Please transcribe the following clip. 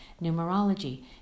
Numerology